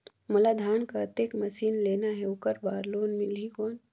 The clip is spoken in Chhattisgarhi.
मोला धान कतेक मशीन लेना हे ओकर बार लोन मिलही कौन?